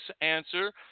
answer